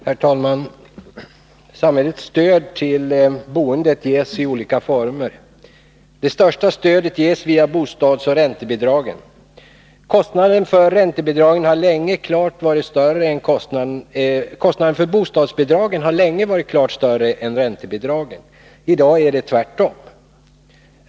Herr talman! Samhällets stöd till boendet ges i olika former. Det största stödet ges via bostadsoch räntebidragen. Kostnaden för bostadsbidragen var länge klart större än kostnaden för räntebidragen. I dag är det tvärtom.